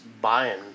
buying